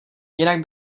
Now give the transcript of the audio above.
jinak